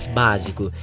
básico